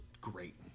great